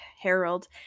Harold